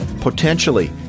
Potentially